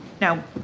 Now